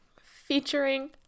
featuring